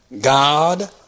God